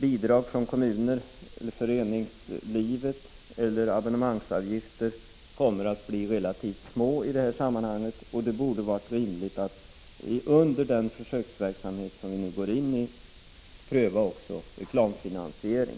Bidrag från kommuner och föreningsliv samt abonnemangsavgifter kommer att bli | relativt små i detta sammanhang, och det borde vara rimligt att i den försöksverksamhet som vi nu går in i pröva också reklamfinansiering.